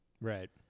Right